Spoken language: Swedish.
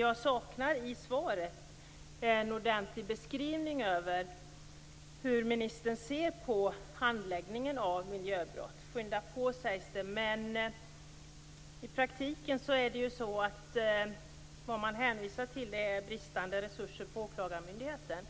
Jag saknar i svaret en ordentlig beskrivning av hur ministern ser på handläggningen av miljöbrott. Skynda på, sägs det. Men i praktiken hänvisar man ju till bristande resurser på åklagarmyndigheten.